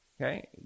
Okay